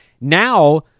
Now